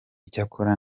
icyakora